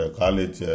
college